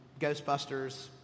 Ghostbusters